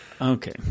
Okay